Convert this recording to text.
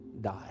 die